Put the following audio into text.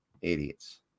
Idiots